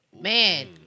Man